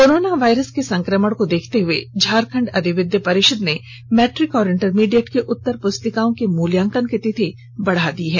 corona virus के संकमण को देखते हुए झारखंड अधिविद्य परिषद ने मैट्रिक और इंटरमीडिएट की उत्तर पुस्तिकाओं के मूल्यांकन की तिथि बढ़ा दी है